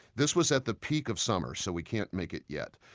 this was at the peak of summer, so we can't make it yet.